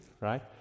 right